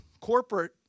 corporate